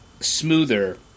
smoother